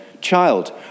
Child